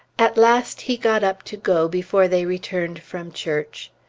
at last he got up to go before they returned from church.